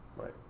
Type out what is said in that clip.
right